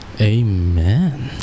Amen